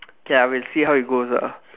okay I will see how it goes ah